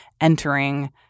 entering